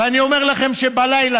ואני אומר לכם שבלילה,